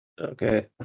okay